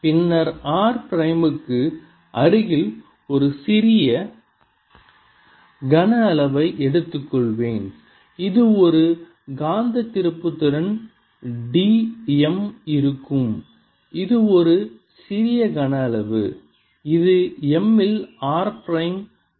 பின்னர் நான் r பிரைமுக்கு அருகில் ஒரு சிறிய கனஅளவை எடுத்துக்கொள்வேன் இது ஒரு காந்த திருப்புத்திறன் d m இருக்கும் இது ஒரு சிறிய கனஅளவு இது M இல் r prime d v prime க்கு சமம்